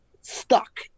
stuck